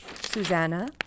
Susanna